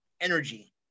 energy